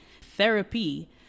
Therapy